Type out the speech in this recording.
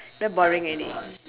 very boring already